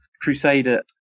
Crusader